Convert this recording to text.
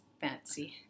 fancy